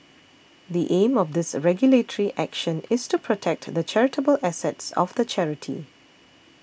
the aim of this regulatory action is to protect the charitable assets of the charity